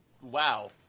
Wow